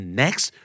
next